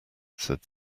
said